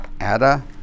Ada